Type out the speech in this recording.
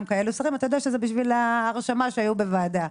שרים אתה יודע שזה בשביל ההרשמה שהיו בוועדה.